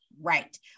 Right